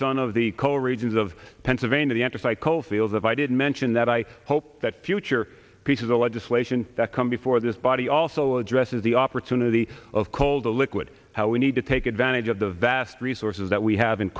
son of the coal regions of pennsylvania the anthracite coal fields if i didn't mention that i hope that future pieces of legislation that come before this body also addresses the opportunity of coal the liquid how we need to take advantage of the vast resources that we have in